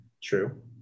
True